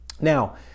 Now